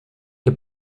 que